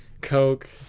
coke